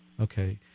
Okay